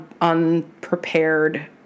unprepared